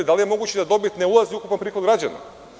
Da li je moguće da dobit ne ulazi u ukupan prihod građana?